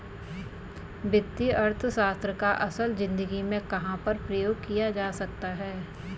वित्तीय अर्थशास्त्र का असल ज़िंदगी में कहाँ पर प्रयोग किया जा सकता है?